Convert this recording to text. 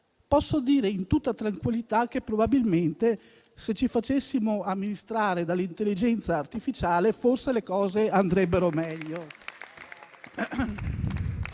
posso dire in tutta tranquillità che, se ci facessimo amministrare dall'intelligenza artificiale, forse le cose andrebbero meglio.